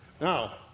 Now